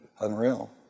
Unreal